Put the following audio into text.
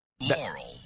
Laurel